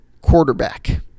quarterback